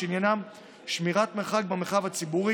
ועניינן שמירת מרחק במרחב הציבור,